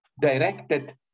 directed